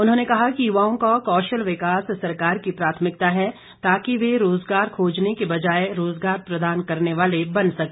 उन्होंने कहा कि युवाओं का कौशल विकास सरकार की प्राथमिकता है ताकि वे रोजगार खोजने की बजाय रोजगार प्रदान करने वाले बन सके